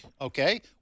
okay